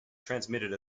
transmitted